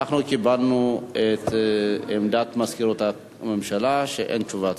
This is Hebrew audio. אנחנו קיבלנו את עמדת מזכירות ממשלה שאין תשובת שר.